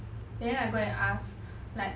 then I go and ask like